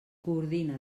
coordina